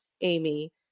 Amy